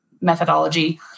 methodology